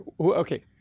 okay